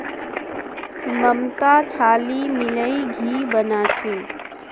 ममता छाली मिलइ घी बना छ